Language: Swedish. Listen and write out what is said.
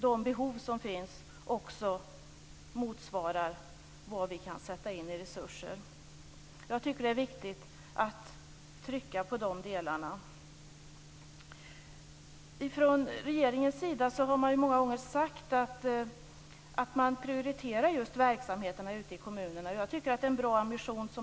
De behov som finns måste också motsvara vad man kan sätta in i form av resurser. Jag tycker att det är viktigt att trycka på de delarna. Regeringen har många gånger sagt att den prioriterar verksamheterna ute i kommunerna. Jag tycker att det är en bra ambition.